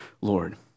Lord